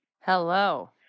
Hello